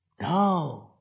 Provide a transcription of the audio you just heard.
No